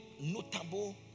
notable